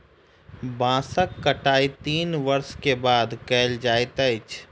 बांसक कटाई तीन वर्ष के बाद कयल जाइत अछि